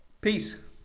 peace